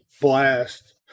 blast